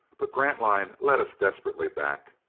but grantline led us desperately back.